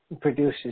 produces